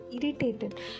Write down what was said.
Irritated